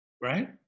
right